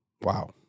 wow